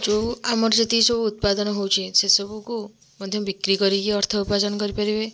ଯେଉଁ ଆମର ଯେତିକି ସବୁ ଉତ୍ପାଦନ ହେଉଛି ସେସବୁକୁ ମଧ୍ୟ ବିକ୍ରି କରିକି ଅର୍ଥ ଉପାର୍ଜନ କରି ପାରିବେ